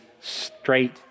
straight